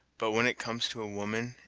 but when it comes to a woman,